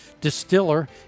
distiller